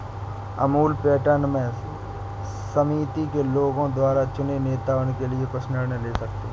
Amul pattern में समिति के लोगों द्वारा चुने नेता उनके लिए कुछ निर्णय ले सकते हैं